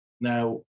Now